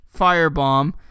Firebomb